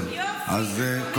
יופי --- זה של המציעים?